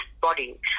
body